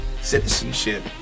citizenship